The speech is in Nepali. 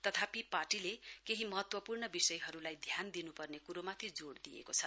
तथापि पार्टीले केही महत्वपूर्ण विषयहरूलाई ध्यान दिन् परने क्रोमाथि जोड दिएको छ